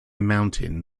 mountain